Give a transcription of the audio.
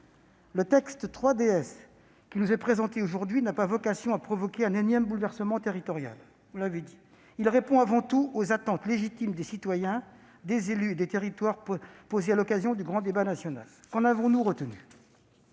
le texte 3DS qui nous est présenté aujourd'hui n'a pas vocation à provoquer un énième bouleversement territorial. Il répond avant tout aux attentes légitimes des citoyens, des élus et des territoires posées à l'occasion du grand débat national. Qu'en avons-nous retenu ?